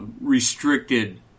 restricted